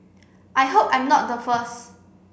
I hope I'm not the first